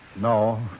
No